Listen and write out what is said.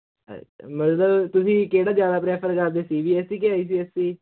ਮਤਲਵ ਤੁਸੀਂ ਕਿਹੜਾ ਜਿਆਦਾ ਪ੍ਰੈਫਰ ਕਰਦੇ ਸੀ ਬੀ ਐਸ ਈ ਕੇ ਆਈ ਸੀ ਐਸ ਈ